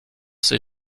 ses